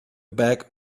bag